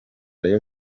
rayon